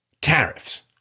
tariffs